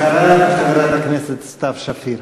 אחריו, חברת הכנסת סתיו שפיר.